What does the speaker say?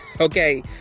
Okay